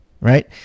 right